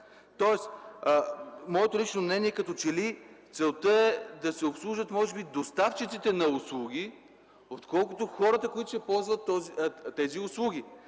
Тоест, моето лично мнение, като че ли целта е да се обслужват може би доставчиците на услуги, отколкото хората, които ще ползват тези услуги.